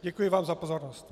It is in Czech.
Děkuji vám za pozornost.